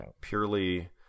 purely